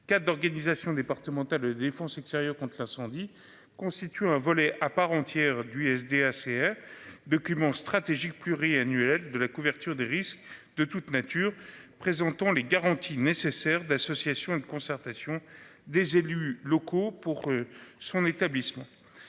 quatre organisations départementales de défense extérieure compte l'incendie constitue un volet à part entière du SDA un document stratégique pluriannuel de la couverture des risques de toutes natures présentant les garanties nécessaires d'associations et de concertation des élus locaux pour son établissement.